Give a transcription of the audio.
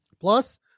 Plus